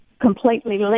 completely